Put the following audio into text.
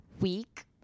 week